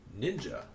Ninja